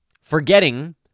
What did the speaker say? forgetting